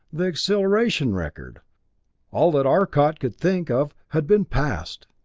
the acceleration record all that arcot could think of had been passed.